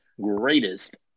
greatest